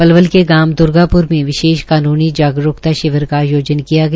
पलवल के गांव दुर्गापुर में विशेष कान्नी जागरूकता शिविर का आयोजन किया गया